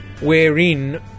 wherein